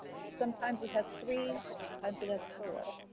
sometimes it has three, sometimes it has four.